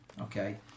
Okay